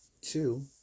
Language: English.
two